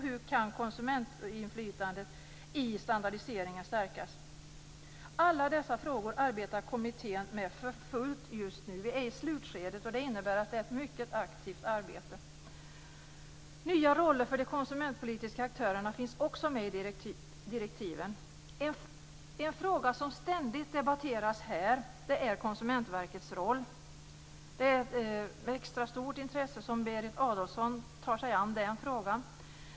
Hur kan konsumentinflytandet i standardiseringen stärkas? Alla dessa frågor arbetar kommittén med för fullt just nu. Vi är i slutskedet, och det innebär att det är ett mycket aktivt arbete. Nya roller för de konsumentpolitiska aktörerna finns också med i direktiven. En fråga som ständigt debatteras här är Konsumentverkets roll. Det är med extra stort intresse som Berit Adolfsson tar sig an den frågan.